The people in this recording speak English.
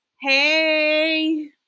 Hey